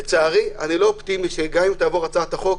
לצערי אני לא אופטימי שגם אם תעבור הצעת החוק,